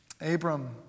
Abram